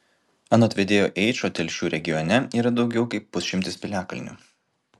anot vedėjo eičo telšių regione yra daugiau kaip pusšimtis piliakalnių